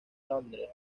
londres